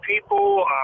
people